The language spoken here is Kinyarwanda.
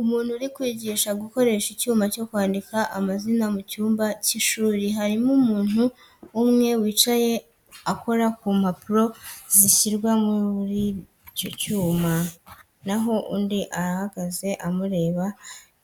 Umuntu uri kwigishwa gukoresha icyuma cyo kwandika amazina mu cyumba cy’ishuri. Hari umuntu umwe wicaye akora ku mpapuro zishyirwa muri icyo cyuma, naho undi ahagaze amureba